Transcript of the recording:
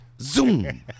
Zoom